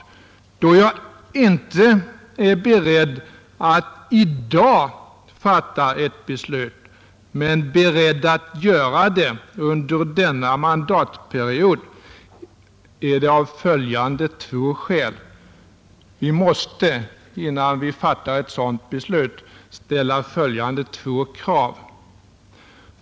Men när jag inte är beredd att i dag fatta ett sådant beslut men väl beredd att göra det under denna mandatperiod, så är det av följande skäl. Vi måste innan vi fattar ett beslut ställa följande två krav.